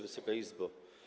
Wysoka Izbo!